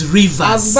rivers